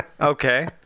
Okay